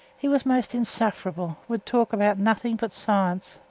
he was most insufferable would talk about nothing but science.